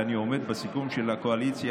ואני עומד בסיכום של הקואליציה,